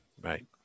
right